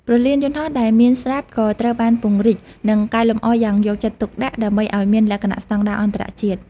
ព្រលានយន្តហោះដែលមានស្រាប់ក៏ត្រូវបានពង្រីកនិងកែលម្អយ៉ាងយកចិត្តទុកដាក់ដើម្បីឲ្យមានលក្ខណៈស្តង់ដារអន្តរជាតិ។